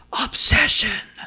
Obsession